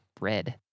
red